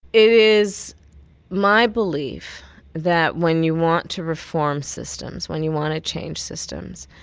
it is my belief that when you want to reform systems, when you want to change systems,